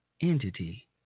Entity